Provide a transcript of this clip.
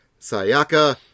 Sayaka